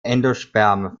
endosperm